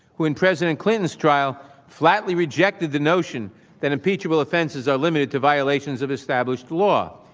who in president clinton's trial flatly rejected the notion that impeachable offenses are limited to violations of established law.